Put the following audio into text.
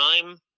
time